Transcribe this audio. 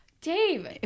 Dave